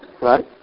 right